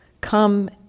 come